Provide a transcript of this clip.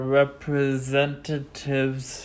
representatives